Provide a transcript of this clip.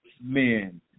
men